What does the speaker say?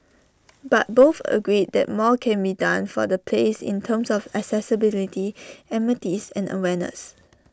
but both agreed that more can be done for the place in terms of accessibility amenities and awareness